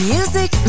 Music